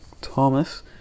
Thomas